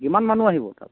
কিমান মানুহ আহিব তাৰপৰা